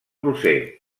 roser